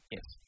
Yes